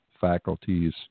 faculties